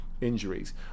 injuries